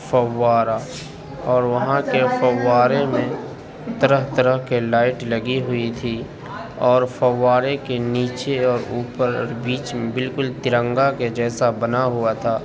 فوارہ اور وہاں کے فوارے میں طرح طرح کے لائٹ لگی ہوئی تھی اور فوارے کے نیچے اور اوپر بیچ میں بالکل ترنگا کے جیسا بنا ہوا تھا